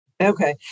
Okay